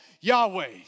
Yahweh